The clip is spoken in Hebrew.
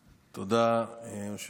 תודה, היושב-ראש.